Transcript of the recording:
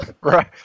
Right